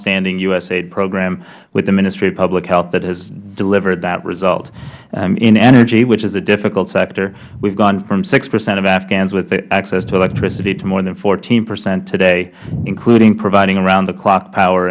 longstanding usaid program with the ministry of public health that has delivered that result in energy which is a difficult sector we have gone from six percent of afghans with access to electricity to more than fourteen percent today including providing around the clock power